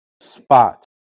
spot